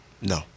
No